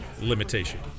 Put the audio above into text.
limitation